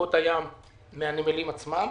מחלקות הים מהנמלים עצמם.